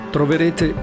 troverete